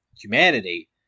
humanity